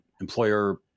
employer